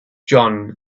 john